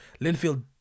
Linfield